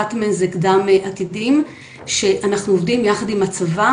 אחת מהן זה קדם עתידים שאנחנו עובדים יחד עם הצבא